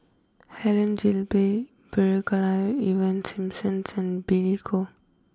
Helen Gilbey Brigadier Ivan Simson's and Billy Koh